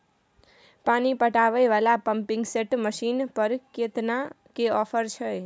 पानी पटावय वाला पंपिंग सेट मसीन पर केतना के ऑफर छैय?